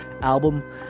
album